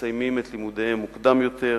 מסיימים את לימודיהם מוקדם יותר.